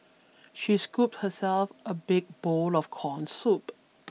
she scooped herself a big bowl of corn soup